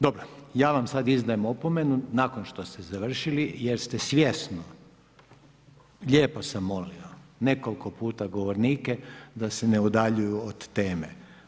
Dobro, ja vam sada izdajem opomenu nakon što ste završili jer ste svjesno lijepo sam molio nekoliko puta govornike da se ne udaljuju od teme.